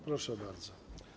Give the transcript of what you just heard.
Proszę bardzo.